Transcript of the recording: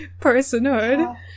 personhood